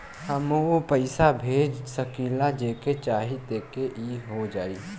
हमहू पैसा भेज सकीला जेके चाही तोके ई हो जाई?